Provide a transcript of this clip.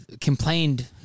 complained